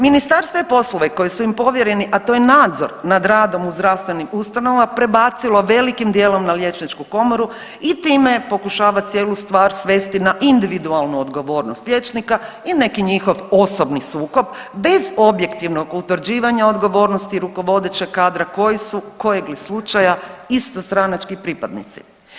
Ministarstvo je poslove koji su im povjereni, a to je nadzor nad radom u zdravstvenim ustanovama, prebacilo velikim dijelom na Liječničku komoru i time pokušava cijelu stvar svesti na individualnu odgovornost liječnika i neki njihov osobni sukob bez objektivnog utvrđivanja odgovornosti rukovodećeg kadra koji su kojeg li slučaja istostranački pripadnici.